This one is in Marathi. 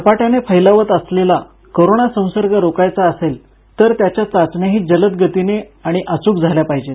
झपाट्याने फैलावत असलेला कोरोना संसर्ग रोखायचा असेल तर त्याच्या चाचण्याही जलद गतीने आणि अच्क झाल्या पाहिजेत